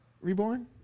Reborn